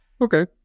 Okay